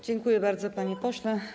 Dziękuję bardzo, panie pośle.